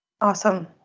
Awesome